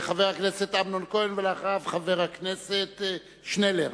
חבר הכנסת אמנון כהן, ואחריו, חבר הכנסת שנלר.